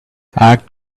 act